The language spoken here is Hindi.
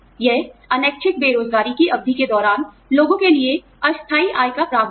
यह अनैच्छिक बेरोज़गारी की अवधि के दौरान लोगों के लिए अस्थायी आय का प्रावधान है